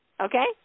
Okay